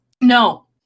No